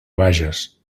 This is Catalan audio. bages